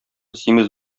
симез